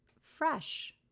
fresh